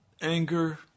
anger